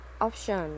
option